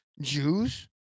Jews